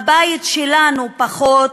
הבית שלנו, פחות.